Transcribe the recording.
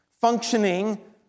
Functioning